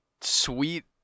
sweet